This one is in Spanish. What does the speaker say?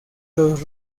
los